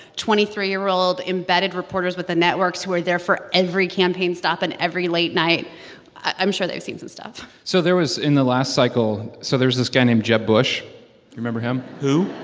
twenty three year old embedded reporters with the networks who were there for every campaign stop and every late night i'm sure they've seen some stuff so there was, in the last cycle so there was this guy named jeb bush. you remember him? who?